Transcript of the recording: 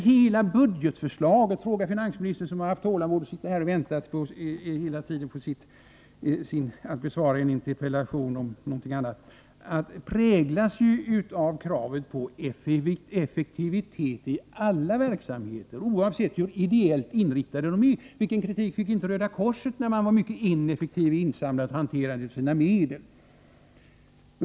Hela budgetförslaget — fråga finansministern som har haft tålamodet att sitta här och vänta på att besvara en interpellation om någonting helt annat — präglas ju av kravet på effektivitet i alla verksamheter, oavsett hur ideellt inriktade de är. Vilken kritik fick inte Röda korset när det var mycket ineffektivt i insamlandet och hanterandet av sina medel!